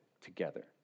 together